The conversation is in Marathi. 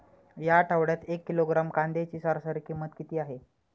या आठवड्यात एक किलोग्रॅम कांद्याची सरासरी किंमत किती आहे?